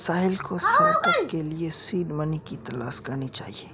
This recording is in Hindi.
साहिल को स्टार्टअप के लिए सीड मनी की तलाश करनी चाहिए